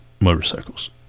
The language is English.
motorcycles